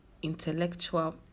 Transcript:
intellectual